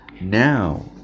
now